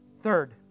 Third